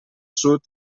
sud